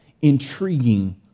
intriguing